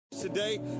Today